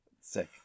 Sick